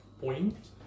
Point